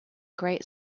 great